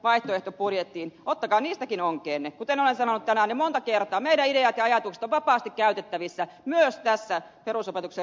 ottakaa niistäkin onkeenne kuten olen sanonut tänään jo monta kertaa meidän ideamme ja ajatuksemme ovat vapaasti käytettävissä myös tässä perusopetuksen ryhmäkokoasiassa